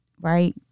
Right